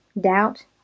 doubt